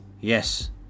Yes